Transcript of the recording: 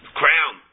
crown